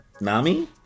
Nami